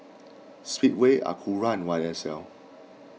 Speedway Acura and Y S L